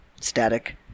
static